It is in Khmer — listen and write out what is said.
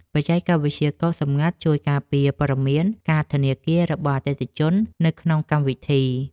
បច្ចេកវិទ្យាកូដសម្ងាត់ ជួយការពារព័ត៌មានកាតធនាគាររបស់អតិថិជននៅក្នុងកម្មវិធី។